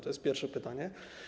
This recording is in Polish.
To jest pierwsze pytanie.